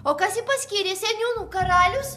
o kas jį paskyrė seniūnu karalius